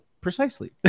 precisely